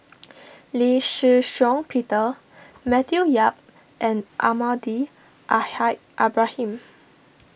Lee Shih Shiong Peter Matthew Yap and Almahdi Al Haj Ibrahim